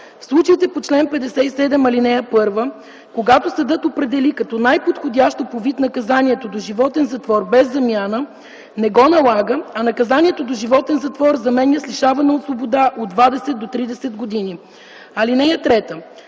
В случаите по чл. 57, ал. 1, когато съдът определи като най-подходящо по вид наказанието доживотен затвор без замяна, не го налага, а наказанието доживотен затвор заменя с лишаване от свобода от 20 до 30 години. (3)